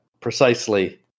Precisely